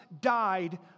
died